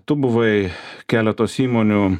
tu buvai keletos įmonių